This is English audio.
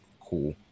cool